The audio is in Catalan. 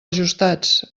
ajustats